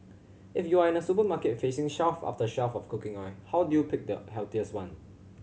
if you are in a supermarket facing shelf after shelf of cooking oil how do you pick the healthiest one